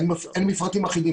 אין מפרטים אחידים.